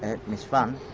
ah miss funn!